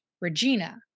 Regina